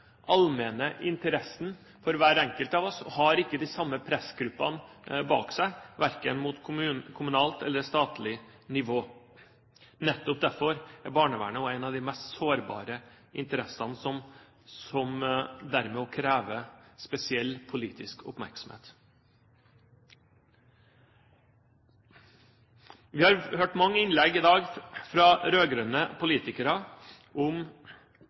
pressgruppene bak seg, verken på kommunalt eller statlig nivå. Nettopp derfor er barnevernet en av de mest sårbare tjenestene, som dermed også krever spesiell politisk oppmerksomhet. Vi har hørt mange innlegg i dag fra rød-grønne politikere om